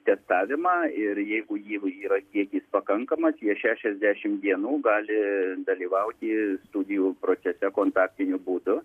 testavimą ir jeigu jų yra kiekis pakankamas jie šešiasdešimt dienų gali dalyvauti studijų procese kontaktiniu būdu